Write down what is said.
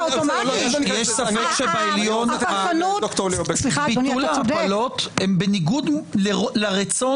בעליון ביטול ההפלות הוא בניגוד לרצון